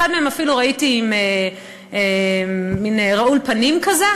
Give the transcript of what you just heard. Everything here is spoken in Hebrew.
את אחד מהם אפילו ראיתי מין רעול פנים כזה.